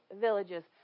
villages